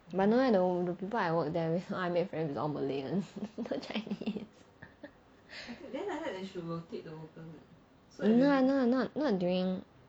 but no leh the people I work there with all I made friends with is all malay [one] no chinese no lah no lah not during